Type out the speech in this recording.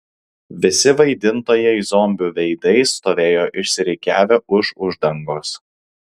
visi vaidintojai zombių veidais stovėjo išsirikiavę už uždangos